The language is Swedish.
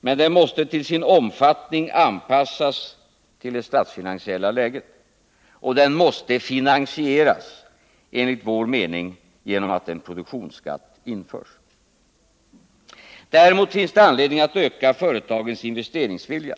Men den måste till sin omfattning anpassas till det statsfinansiella läget. Och den måste finansieras — enligt vår mening — genom att en produktionsskatt införs. Däremot finns det anledning att öka företagens investeringsvilja.